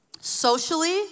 Socially